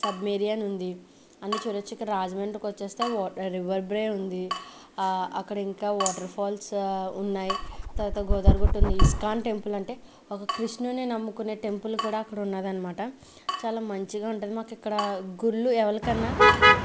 submarine ఉంది అన్నీ చూడచ్చు ఇంకా రాజమండ్రికొచ్చేస్తే వాట్ రివర్బ్రే ఉంది అక్కడ ఇంకా వాటర్ఫాల్స్ ఉన్నాయ్ తర్వాత గోదారి గుట్టుంది ఇస్కాన్ టెంపుల్ అంటే ఒక కృష్ణుణ్ణి నమ్ముకునే టెంపుల్ కూడా అక్కడ ఉన్నదన్నమాట చాలా మంచిగా ఉంటుంది మాకిక్కడ గుళ్ళు ఎవరికన్నా